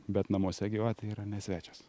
bet namuose gyvatė yra ne svečias